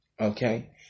Okay